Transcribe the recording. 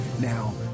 Now